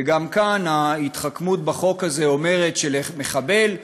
וגם כאן ההתחכמות בחוק הזה אומרת שלמחבל אחד,